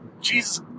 Jesus